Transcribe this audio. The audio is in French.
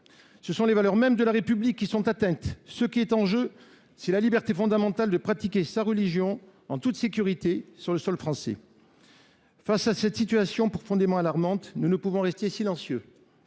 Ce sont les valeurs mêmes de la République qui sont atteintes. Ce qui est en jeu, c’est la liberté fondamentale de pratiquer sa religion en toute sécurité sur le sol français. Face à cette situation profondément alarmante, nous ne pouvons rester silencieux.